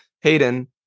Hayden